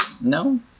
No